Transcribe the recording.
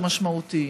או משמעותיים.